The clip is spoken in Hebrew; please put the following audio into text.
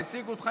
העסיקו אותך.